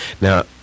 Now